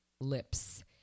Lips